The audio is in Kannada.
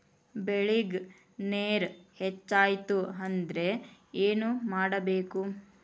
ಬೆಳೇಗ್ ನೇರ ಹೆಚ್ಚಾಯ್ತು ಅಂದ್ರೆ ಏನು ಮಾಡಬೇಕು?